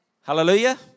Hallelujah